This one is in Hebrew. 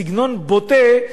סגנון בוטה.